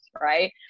right